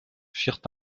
firent